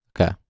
Okay